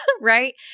right